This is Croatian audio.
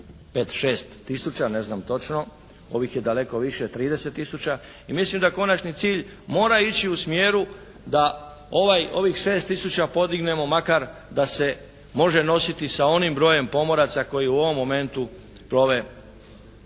5, 6 tisuća, ne znam točno, ovih je daleko više 30 tisuća i mislim da konačni cilj mora ići u smjeru da ovih 6 tisuća podignemo makar da se može nositi sa onim brojem pomoraca koji u ovom momentu plove ili